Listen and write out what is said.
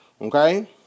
okay